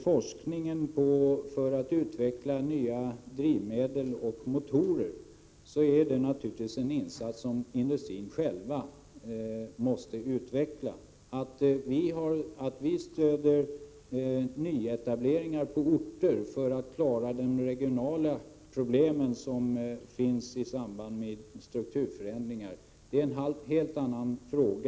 Forskning för att utveckla nya drivmedel och motorer är naturligtvis en insats som industrin själv måste stå för. Att vi stödjer nyetableringar på vissa orter för att klara de regionala problem som finns i samband med strukturförändringar är en helt annan fråga.